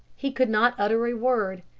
he could not utter a word.